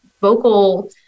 vocal